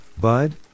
bud